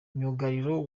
myugariro